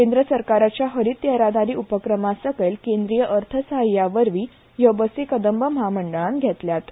केंद्र सरकाराचे हरीत येरादारी उपक्रमासकयल केंद्रीय अर्थसाह्यावरवीं हयो बसी कदंब म्हामंडळान घेतल्यात